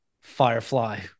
Firefly